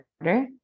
order